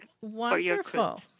wonderful